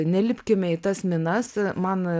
nelipkime į tas minas man